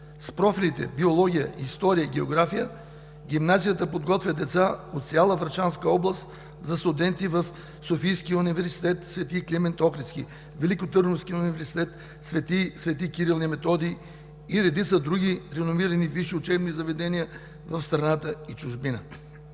С профилите „Биология“, „История“ и „География“ гимназията подготвя деца от цяла Врачанска област за студенти в Софийския университет „Св. Климент Охридски“, Великотърновския университет „Св. Св. Кирил и Методий“ и редица други реномирани висши учебни заведения в страната и чужбина.